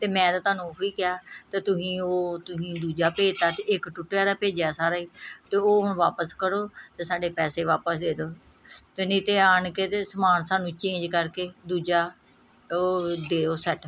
ਅਤੇ ਮੈਂ ਤਾਂ ਤੁਹਾਨੂੰ ਉਹੀ ਕਿਹਾ ਅਤੇ ਤੁਸੀਂ ਉਹ ਤੁਸੀਂ ਦੂਜਾ ਭੇਜਤਾ ਅਤੇ ਇੱਕ ਟੁੱਟਿਆ ਦਾ ਭੇਜਿਆ ਸਾਰਾ ਹੀ ਅਤੇ ਉਹ ਹੁਣ ਵਾਪਸ ਕਰੋ ਅਤੇ ਸਾਡੇ ਪੈਸੇ ਵਾਪਸ ਦੇ ਦਿਉ ਅਤੇ ਨਹੀਂ ਤਾਂ ਆਣ ਕੇ ਅਤੇ ਸਮਾਨ ਸਾਨੂੰ ਚੇਂਜ ਕਰਕੇ ਦੂਜਾ ਉਹ ਦਿਓ ਸੈੱਟ